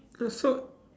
uh so